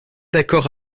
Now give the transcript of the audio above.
d’accord